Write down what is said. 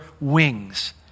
wings